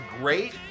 great